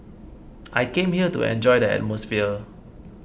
I came here to enjoy the atmosphere